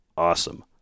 Awesome